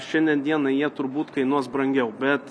šiandien dienai jie turbūt kainuos brangiau bet